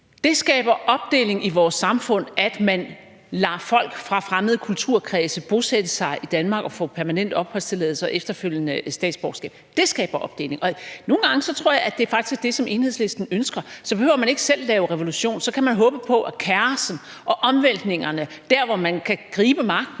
Det skaber opdeling i vores samfund, at man lader folk fra fremmede kulturkredse bosætte sig i Danmark og få permanent opholdstilladelse og efterfølgende statsborgerskab – dét skaber opdeling. Og nogle gange tror jeg, at det faktisk er det, som Enhedslisten ønsker. Så behøver man ikke selv at lave revolution; så kan man håbe på, at kaosset og omvæltningerne der, hvor man kan gribe magten,